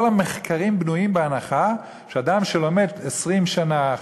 כל המחקרים בנויים בהנחה שאדם שלומד 20 שנה,